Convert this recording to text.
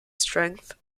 strength